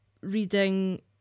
reading